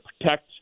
protect